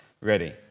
ready